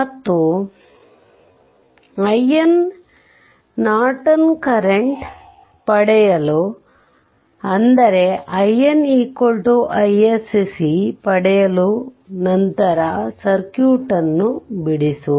ಮತ್ತು IN Norton current ನ್ನು ಪಡೆಯಲು ಅಂದರೆ IN iSC ಪಡೆಯಲು ನಂತರ ಸರ್ಕ್ಯೂಟ್ ಅನ್ನು ಬಿಡಿಸುವ